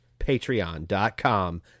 Patreon.com